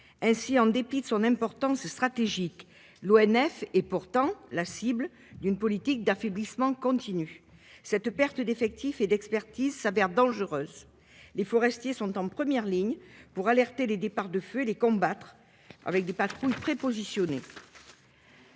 ainsi en dépit de son importance stratégique. L'ONF et pourtant la cible d'une politique d'affaiblissement continu cette perte d'effectifs et d'expertise s'avère dangereuse. Les forestiers sont en première ligne pour alerter les départs de feu les combattre avec des patrouilles prépositionnés.